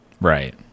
right